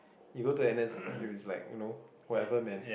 you go to N_S it's like you know whatever man